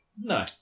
No